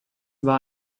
war